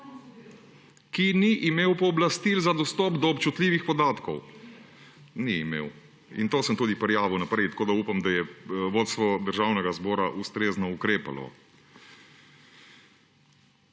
Ki ni imel pooblastil za dostop do občutljivih podatkov, ni imel in to sem tudi prijavil naprej, tako da upam, da je vodstvo Državnega zbora ustrezno ukrepalo.